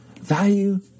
value